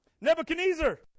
Nebuchadnezzar